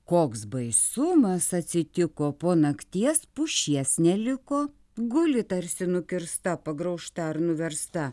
koks baisumas atsitiko po nakties pušies neliko guli tarsi nukirsta pagraužta ar nuversta